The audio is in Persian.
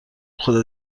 خدا